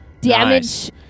Damage